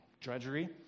drudgery